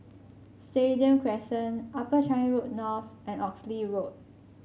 Stadium Crescent Upper Changi Road North and Oxley Road